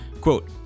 Quote